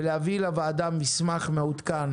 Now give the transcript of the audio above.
ולהביא לוועדה מסמך מעודכן